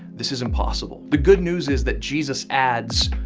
this is impossible. the good news is that jesus adds,